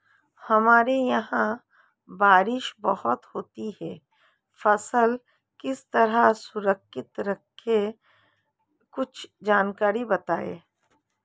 हमारे यहाँ बारिश बहुत होती है फसल किस तरह सुरक्षित रहे कुछ जानकारी बताएं?